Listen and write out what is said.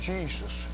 Jesus